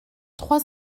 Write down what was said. trois